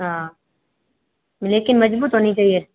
हाँ लेकिन मजबूत होनी चाहिए